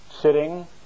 sitting